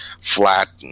flat